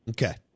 Okay